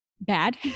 bad